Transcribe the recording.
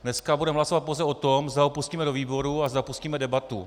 Dneska budeme hlasovat pouze o tom, zda ho pustíme do výborů a zda pustíme debatu.